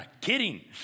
Kidding